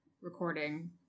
recording